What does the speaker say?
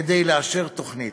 כדי לאשר תוכנית.